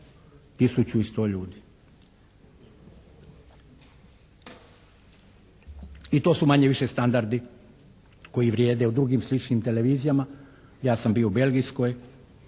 tisuću i 100 ljudi. I to su manje-više standardi koji vrijede u drugim sličnim televizijama. Ja sam bio u belgijskoj,